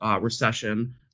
recession